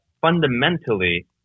fundamentally